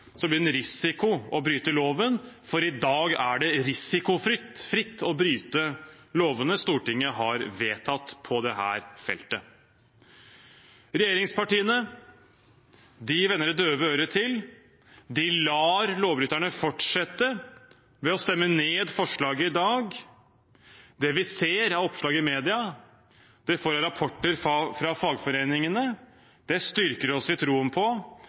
så det blir en risiko å bryte loven, for i dag er det risikofritt å bryte lovene Stortinget har vedtatt på dette feltet. Regjeringspartiene vender det døve øret til. De lar lovbryterne fortsette ved å stemme ned forslaget i dag. Det vi ser av oppslag i media, og det vi får av rapporter fra fagforeningene, styrker oss i troen på